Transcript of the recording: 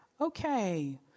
Okay